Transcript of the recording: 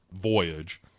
voyage